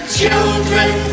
children